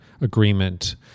agreement